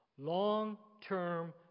Long-term